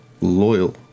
loyal